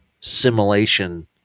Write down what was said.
simulation